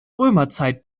römerzeit